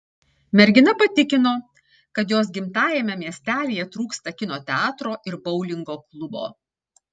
mergina patikino kad jos gimtajame miestelyje trūksta kino teatro ir boulingo klubo